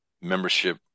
membership